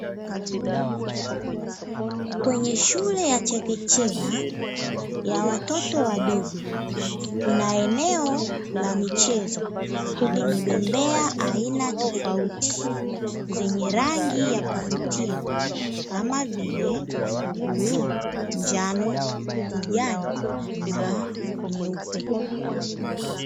Kwenye shule ya chekechea ya watoto wadogo, kuna eneo la michezo lenye bembea aina tofauti zenye rangi ya yakuvutia kama vile: bluu, njano, kijani na nyeupe.